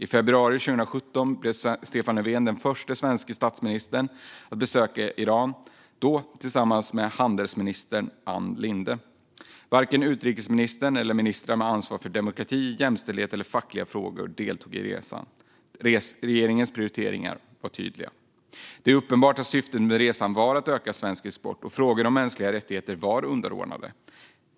I februari 2017 blev Stefan Löfven förste svenske statsminister att besöka Iran, då tillsammans med dåvarande handelsminister Ann Linde. Varken utrikesministern eller ministrar med ansvar för demokrati, jämställdhet eller fackliga frågor deltog i resan. Regeringens prioriteringar var tydliga. Det är uppenbart att syftet med resan var att öka svensk export och att frågor om mänskliga rättigheter var underordnade.